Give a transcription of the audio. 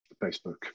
facebook